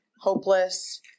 hopeless